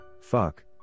fuck